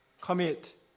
commit